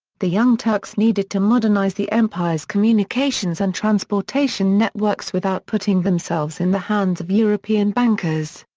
the young turks needed to modernize the empire's communications and transportation networks without putting themselves in the hands of european bankers.